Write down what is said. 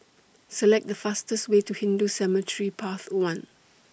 Select The fastest Way to Hindu Cemetery Path one